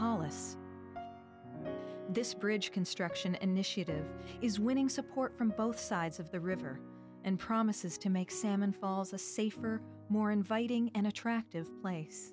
homeless this bridge construction initiative is winning support from both sides of the river and promises to make salmon falls a safer more inviting and attractive place